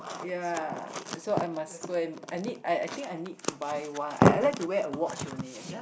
ya so I must go and I need I think I need to buy one I I like to watch only actually